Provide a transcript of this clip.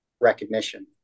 recognition